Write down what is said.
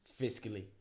fiscally